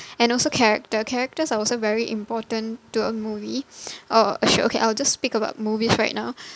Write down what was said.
and also character characters are also very important to a movie or a show okay I'll just speak about movies right now